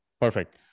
Perfect